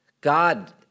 God